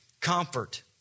comfort